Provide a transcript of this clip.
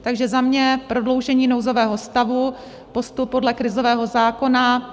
Takže za mě prodloužení nouzového stavu, postup podle krizového zákona.